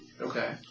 Okay